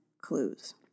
clues